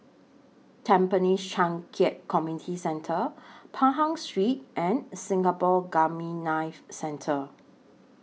Tampines Changkat Community Centre Pahang Street and Singapore Gamma Knife Centre